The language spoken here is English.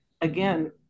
again